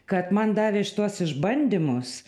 kad man davė šituos išbandymus